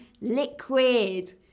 liquid